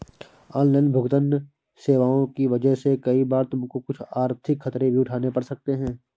online भुगतन्न सेवाओं की वजह से कई बार तुमको कुछ आर्थिक खतरे भी उठाने पड़ सकते हैं